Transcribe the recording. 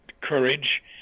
courage